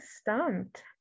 stumped